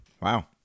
wow